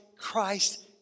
Christ